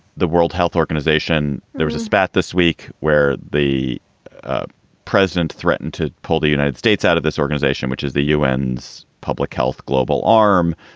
the world health organization. there was a spat this week where the president threatened to pull the united states out of this organization, which is the and un's public health global arm,